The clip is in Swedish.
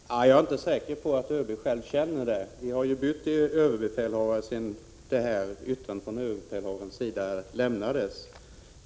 Herr talman! Jag är inte säker på att ÖB själv känner det så. Vi har ju bytt överbefälhavare sedan yttrandet från överbefälhavaren lämnades.